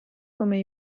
come